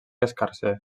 escarser